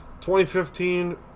2015